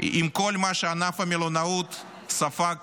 עם כל מה שענף המלונאות ספג